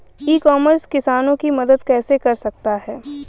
ई commerce किसानों की मदद कैसे कर सकता है?